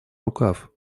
рукав